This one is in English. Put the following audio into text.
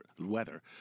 weather